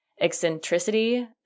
eccentricity